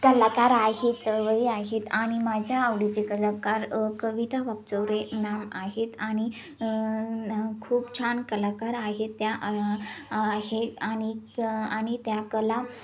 कलाकार आहे चळवळी आहेत आणि माझ्या आवडीचे कलाकार कविता वाक्चौरे नाम आहेत आणि खूप छान कलाकार आहेत त्या आहेत आणि त्या कला